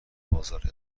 بازار